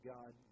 God